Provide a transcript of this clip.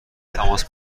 تماس